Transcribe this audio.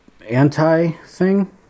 anti-thing